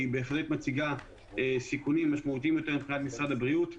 היא מציגה סיכונים משמעותיים יותר מבחינת משרד הבריאות.